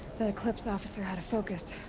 the eclipse officer had a focus.